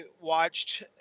watched